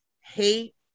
hate